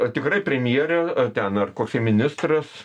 tikrai premjerė ten ar koksai ministras